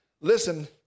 Listen